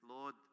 Lord